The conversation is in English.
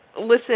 listen